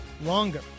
longer